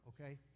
okay